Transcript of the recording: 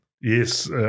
yes